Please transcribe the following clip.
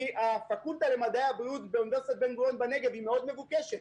הפקולטה למדעי הבריאות באוניברסיטת בן גוריון בנגב מאוד מבוקשת,